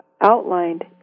outlined